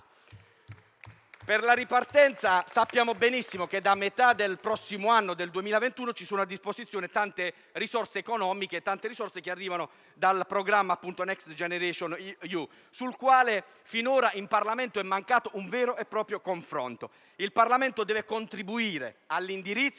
Per la ripartenza, sappiamo benissimo che a partire dalla metà del prossimo anno, il 2021, saranno a disposizione le cospicue risorse economiche che arriveranno dal programma Next generation EU, sul quale finora in Parlamento è mancato un vero e proprio confronto. Il Parlamento deve contribuire all'indirizzo e al controllo